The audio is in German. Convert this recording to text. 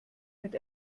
mit